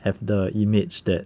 have the image that